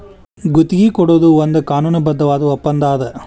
ಗುತ್ತಿಗಿ ಕೊಡೊದು ಒಂದ್ ಕಾನೂನುಬದ್ಧವಾದ ಒಪ್ಪಂದಾ ಅದ